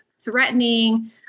threatening